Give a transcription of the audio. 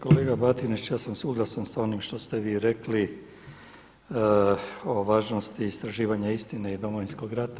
Kolega Batinić ja sam suglasan sa onim što ste vi rekli o važnosti istraživanja istine i Domovinskog rata.